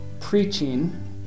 preaching